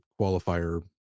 qualifier